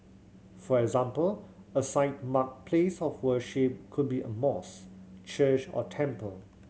for example a site marked place of worship could be a mosque church or temple